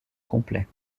complet